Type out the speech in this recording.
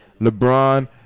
LeBron